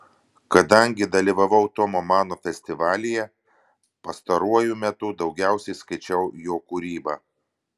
kadangi dalyvavau tomo mano festivalyje pastaruoju metu daugiausiai skaičiau jo kūrybą